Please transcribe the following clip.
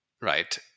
right